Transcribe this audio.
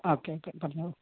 ആ ഒക്കെ ഒക്കെ പറഞ്ഞോളൂ